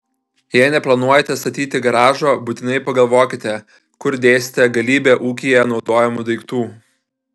jei neplanuojate statyti garažo būtinai pagalvokite kur dėsite galybę ūkyje naudojamų daiktų